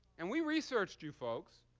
and we researched you folks.